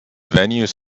venues